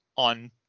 On